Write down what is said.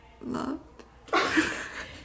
love